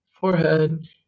forehead